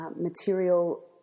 material